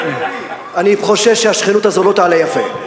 אני חושש שהשכנות הזאת לא תעלה יפה.